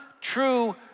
true